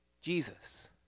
Jesus